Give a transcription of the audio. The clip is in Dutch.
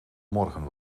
morgen